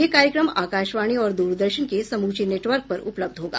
यह कार्यक्रम आकाशवाणी और द्रदर्शन के समूचे नेटवर्क पर उपलब्ध होगा